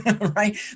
right